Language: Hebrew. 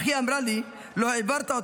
אך היא אמרה לי: לא העברת אותו.